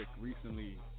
Recently